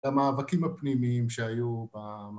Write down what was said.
המאבקים הפנימיים שהיו